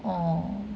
orh